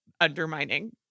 undermining